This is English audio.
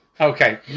Okay